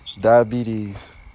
diabetes